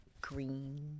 green